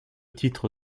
titre